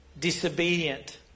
disobedient